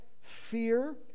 fear